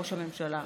ראש הממשלה,